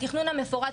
לתכנון המפורט,